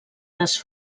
les